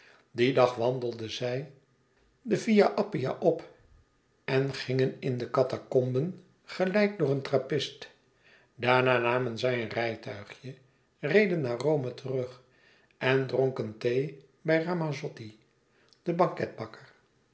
dien dag wandelden zij de via appia op en gingen in de catacomben geleid door een trappist daarna namen zij een rijtuigje reden naar rome terug en dronken thee bij ramazotti den